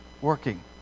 working